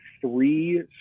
three